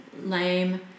lame